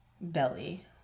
belly